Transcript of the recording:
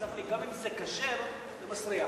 תסלח לי, גם אם זה כשר, זה מסריח